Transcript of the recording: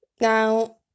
Now